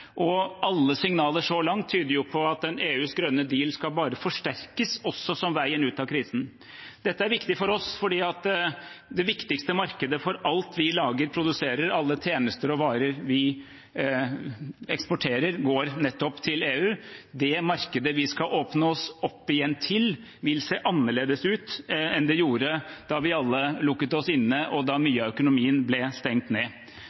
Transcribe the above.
og alle signaler så langt tyder på at EUs grønne deal bare skal forsterkes, også som veien ut av krisen. Dette er viktig for oss, fordi det viktigste markedet for alt vi lager, produserer og alle tjenester og varer vi eksporterer, er nettopp EU. Det markedet vi skal åpne oss opp igjen til, vil se annerledes ut enn det gjorde da vi alle lukket oss inne, og da mye av økonomien ble stengt ned.